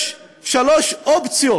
יש שלוש אופציות